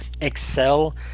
excel